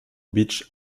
beach